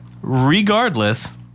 regardless